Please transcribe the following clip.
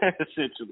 essentially